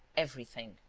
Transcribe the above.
everything.